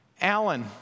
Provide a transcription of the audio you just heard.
Alan